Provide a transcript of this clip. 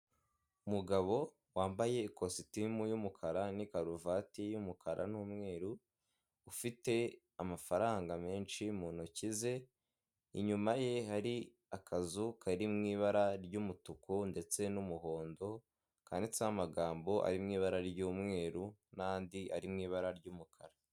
Umugabo wambaye ikositimu y'umukara n'ikaruvati y'umukara n'umweru, ufite amafaramga menshi mu ntoki ze, inyuma ye hari akazu kari mu ibara ry'umutuku ndetse n'umuhondo, kanditseho amagambo ari mu ibara ry'umweru n'andi ari mu ibara ry'umukara.